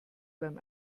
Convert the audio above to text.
beim